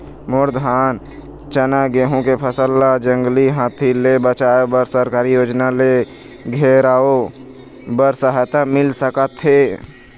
मोर धान चना गेहूं के फसल ला जंगली हाथी ले बचाए बर सरकारी योजना ले घेराओ बर सहायता मिल सका थे?